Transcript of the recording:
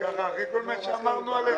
ככה אחרי כל מה שאמרנו עלייך.